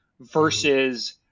versus